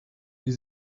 die